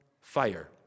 fire